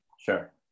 Sure